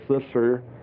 sister